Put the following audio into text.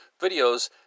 videos